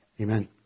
Amen